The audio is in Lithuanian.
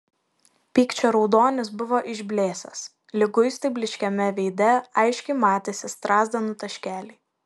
pykčio raudonis buvo išblėsęs liguistai blyškiame veide aiškiai matėsi strazdanų taškeliai